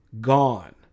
gone